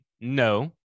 No